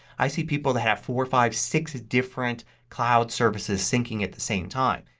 i see people that have four, five, six different cloud services syncing at the same time.